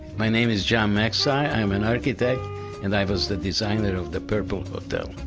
my name is john macsai, i'm an architect and i was the designer of the purple hotel.